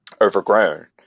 overgrown